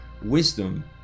wisdom